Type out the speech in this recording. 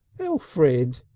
elfrid!